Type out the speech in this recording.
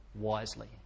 wisely